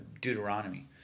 Deuteronomy